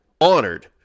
honored